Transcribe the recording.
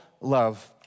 love